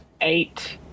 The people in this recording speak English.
Eight